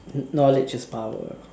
knowledge is power